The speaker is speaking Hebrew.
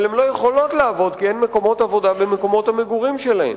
אבל הן לא יכולות לעבוד כי אין מקומות עבודה במקומות המגורים שלהן.